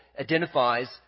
identifies